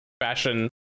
fashion